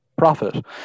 profit